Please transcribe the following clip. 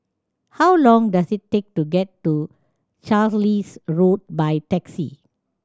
how long does it take to get to Carlisle Road by taxi